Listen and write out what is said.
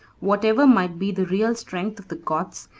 whatever might be the real strength of the goths,